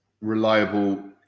Reliable